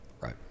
Right